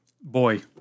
Boy